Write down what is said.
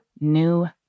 new